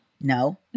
No